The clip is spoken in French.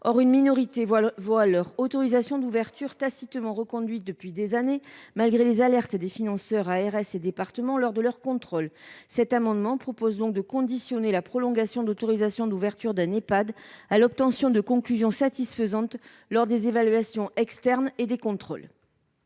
Or une minorité d’entre eux voient leur autorisation d’ouverture tacitement reconduite depuis des années, malgré les alertes des financeurs – ARS et département – lors des contrôles. Cet amendement vise donc à conditionner la prolongation d’autorisation d’ouverture d’un Ehpad à l’obtention de conclusions satisfaisantes lors des évaluations externes et des contrôles.